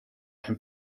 and